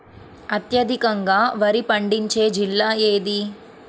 అత్యధికంగా వరి పండించే జిల్లా ఏది?